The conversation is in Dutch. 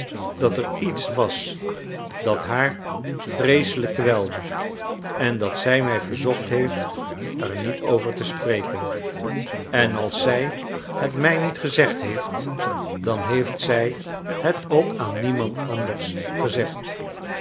dat er iets was dat haar vreeselijk kwelde en dat zij mij verzocht heeft er niet over te spreken en als zij het mij niet gezegd heeft dan heeft zij het ook aan niemand anders gezegd